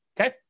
Okay